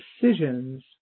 decisions